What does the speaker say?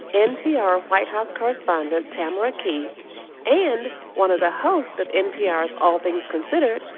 npr white house correspondent tamara keith and one of the hosts of npr's all things considered,